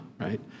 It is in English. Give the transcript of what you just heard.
right